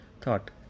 Thought